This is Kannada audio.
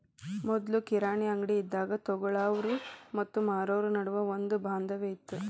ಮೊದ್ಲು ಕಿರಾಣಿ ಅಂಗ್ಡಿ ಇದ್ದಾಗ ತೊಗೊಳಾವ್ರು ಮತ್ತ ಮಾರಾವ್ರು ನಡುವ ಒಂದ ಬಾಂಧವ್ಯ ಇತ್ತ